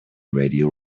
radio